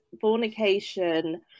fornication